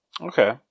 Okay